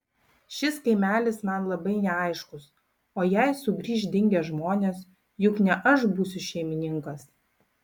šis kaimelis man labai neaiškus o jei sugrįš dingę žmonės juk ne aš būsiu šeimininkas